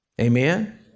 Amen